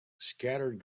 scattered